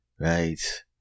right